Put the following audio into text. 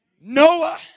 Noah